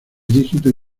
dígitos